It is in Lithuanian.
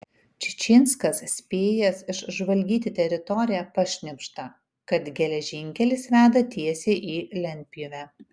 čičinskas spėjęs išžvalgyti teritoriją pašnibžda kad geležinkelis veda tiesiai į lentpjūvę